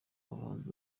abahanzi